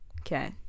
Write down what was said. Okay